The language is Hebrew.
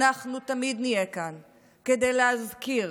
אנחנו תמיד נהיה כאן כדי להזכיר